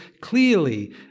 clearly